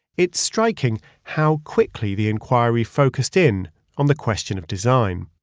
it's striking how quickly the inquiry focused in on the question of design,